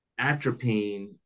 atropine